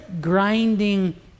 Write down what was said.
grinding